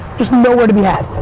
just nowhere to be had.